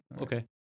Okay